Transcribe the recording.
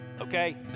Okay